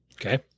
Okay